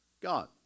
God